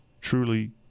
truly